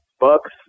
bucks